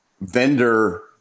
vendor